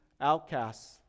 outcasts